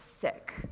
sick